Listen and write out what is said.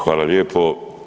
Hvala lijepo.